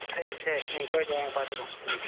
சரி சரி நீங்கள் போய்விட்டு வாங்க பார்த்துக்குவோம் ம்